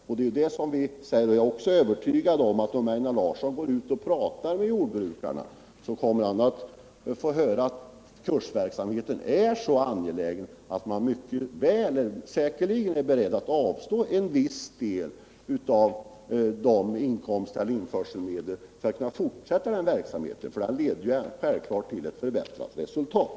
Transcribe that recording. Jag är övertygad om att om Einar Larsson går ut och pratar med jordbrukarna, så kommer han att få höra att kursverksamheten är så angelägen att man är beredd att avstå en viss del av införselmedlen föratt kunna fortsätta denna verksamhet, eftersom den självfallet leder till ett förbättrat resultat.